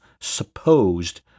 supposed